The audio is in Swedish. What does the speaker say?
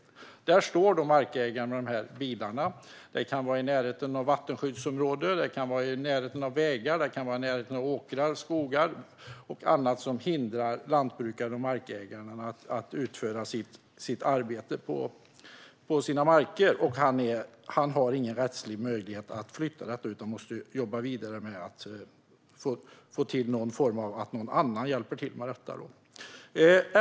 Markägaren blir då stående med dessa bilar. Det kan vara i närheten av ett vattenskyddsområde, av vägar eller åkrar och skogar och annat som hindrar lantbrukaren och markägaren att utföra sitt arbete på sina marker. Denne har alltså inga rättsliga möjligheter att flytta fordonet utan måste försöka få hjälp av någon annan som kan göra det.